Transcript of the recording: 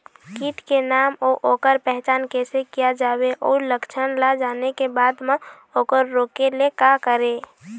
कीट के नाम अउ ओकर पहचान कैसे किया जावे अउ लक्षण ला जाने के बाद मा ओकर रोके ले का करें?